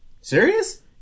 Serious